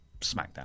Smackdown